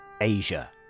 Asia